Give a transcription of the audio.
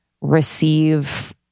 receive